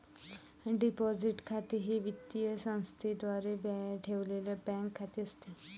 deposit खाते हे वित्तीय संस्थेद्वारे ठेवलेले बँक खाते असते